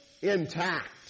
intact